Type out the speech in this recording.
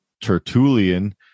Tertullian